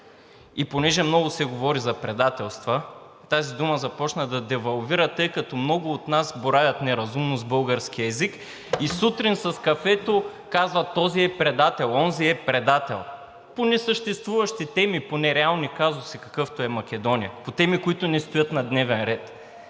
И понеже много се говори за предателства, тази дума започна да девалвира, тъй като много от нас боравят неразумно с българския език и сутрин с кафето казват: „Този е предател, онзи е предател“, по несъществуващи теми, по нереални казуси, какъвто е Македония, по теми, които не стоят на дневен ред.